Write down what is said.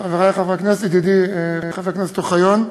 חברי חברי הכנסת, ידידי חבר הכנסת אוחיון,